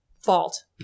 fault